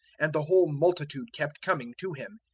and the whole multitude kept coming to him,